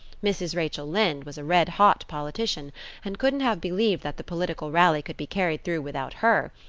mrs. rachel lynde was a red-hot politician and couldn't have believed that the political rally could be carried through without her,